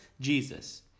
Jesus